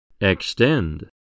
Extend